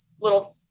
little